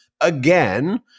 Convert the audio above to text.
again